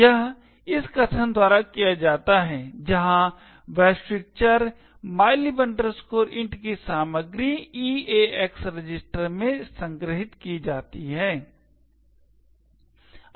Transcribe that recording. यह इस कथन द्वारा किया जाता है जहां वैश्विक चर mylib int की सामग्री EAX रजिस्टर में संग्रहीत की जाती है